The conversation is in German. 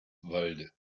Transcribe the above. walde